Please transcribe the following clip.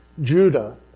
Judah